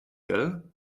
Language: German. gell